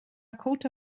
cóta